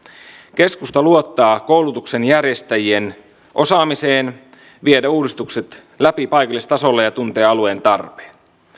keskusta luottaa koulutuksen järjestäjien osaamiseen viedä uudistukset läpi paikallistasolle ja tuntea alueen tarpeet